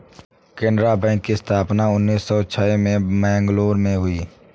Canara bank की स्थापना उन्नीस सौ छह में मैंगलोर में हुई